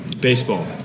baseball